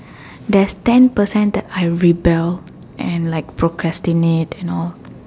there's ten percent that I rebel and like procrastinate you know